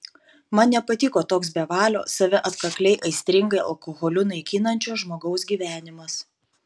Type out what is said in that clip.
man nepatiko toks bevalio save atkakliai aistringai alkoholiu naikinančio žmogaus gyvenimas